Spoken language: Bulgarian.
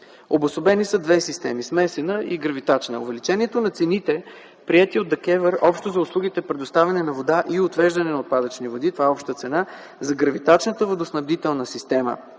Обособени са две системи: смесена и гравитачна. Увеличението на цените, приети от ДКВЕР общо за услугите за предоставяне на вода и отвеждане на отпадъчни води, това е обща цена, за гравитачната водоснабдителна система,